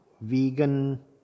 vegan